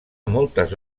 moltes